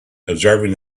observing